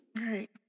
Right